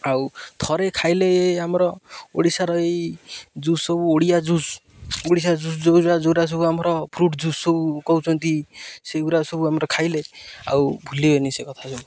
ଆଉ ଥରେ ଖାଇଲେ ଆମର ଓଡ଼ିଶାର ଏଇ ଜୁସ୍ ସବୁ ଓଡ଼ିଆ ଜୁସ୍ ଓଡ଼ିଶା ଜୁସ୍ ଯେଉଁ ଯଉରା ସବୁ ଆମର ଫ୍ରୁଟ୍ ଜୁସ୍ ସବୁ କହୁଛନ୍ତି ସେଇଗୁରା ସବୁ ଆମର ଖାଇଲେ ଆଉ ଭୁଲିବନି ସେ କଥା